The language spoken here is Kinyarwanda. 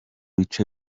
bice